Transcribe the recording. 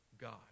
God